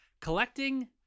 collecting